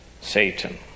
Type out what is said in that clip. Satan